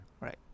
Right